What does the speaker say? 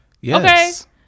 Yes